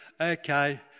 Okay